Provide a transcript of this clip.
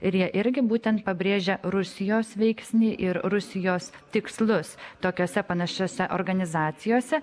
ir jie irgi būtent pabrėžia rusijos veiksnį ir rusijos tikslus tokiose panašiose organizacijose